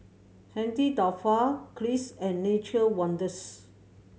Saint Dalfour Kiehl's and Nature Wonders